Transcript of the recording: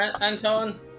Anton